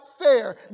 fair